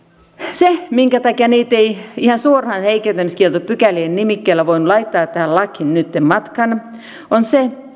se minkä takia niitä ei ei ihan suoraan heikentämiskieltopykälien nimikkeellä voinut laittaa tähän lakiin nytten matkaan on se